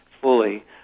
fully